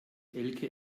elke